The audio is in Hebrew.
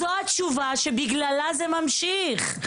זו התשובה שבגללה זה ממשיך.